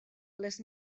les